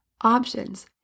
options